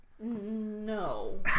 No